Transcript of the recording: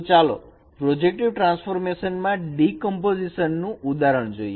તો ચાલો projective transformation માં ડીકમ્પોઝિશન નું એક ઉદાહરણ જોઈએ